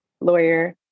lawyer